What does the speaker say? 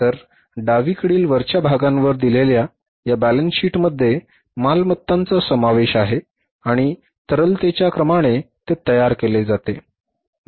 तर डावीकडील वरच्या भागावर दिलेल्या या बॅलन्स शीटमध्ये मालमत्तांचा समावेश आहे आणि तरलतेच्या क्रमाने ते तयार केले आहे